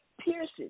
pierces